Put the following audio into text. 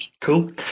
Cool